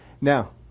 Now